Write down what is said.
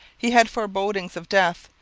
he had forebodings of death,